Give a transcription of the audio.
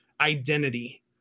identity